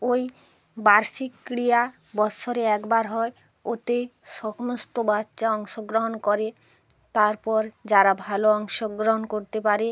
ওই বার্ষিক ক্রীড়া বছরে একবার হয় ওতে সমস্ত বাচ্চা অংশগ্রহণ করে তারপর যারা ভালো অংশগ্রহণ করতে পারে